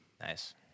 Nice